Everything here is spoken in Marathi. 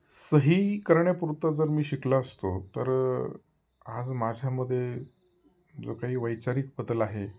सही करण्यापुरतं जर मी शिकला असतो तर आज माझ्यामध्ये जो काही वैचारिक बदल आहे